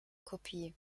kopie